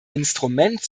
instrument